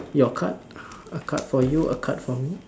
your card a card for you a card for me